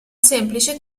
semplice